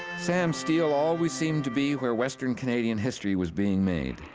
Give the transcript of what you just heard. sam steele always seemed to be where western canadian history was being made.